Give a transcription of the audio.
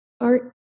art